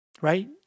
right